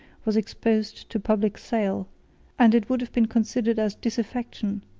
was exposed to public sale and it would have been considered as disaffection,